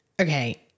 Okay